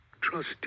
Trust